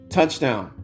Touchdown